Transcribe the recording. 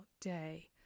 day